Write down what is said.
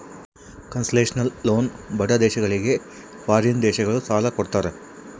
concessional loan ಬಡ ದೇಶಗಳಿಗೆ foreign ದೇಶಗಳು ಸಾಲ ಕೊಡ್ತಾರ